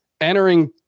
entering